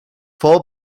full